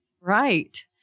Right